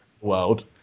world